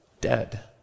dead